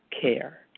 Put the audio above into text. care